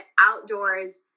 outdoors